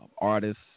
artists